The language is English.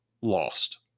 lost